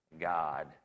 God